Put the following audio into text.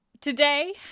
Today